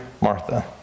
Martha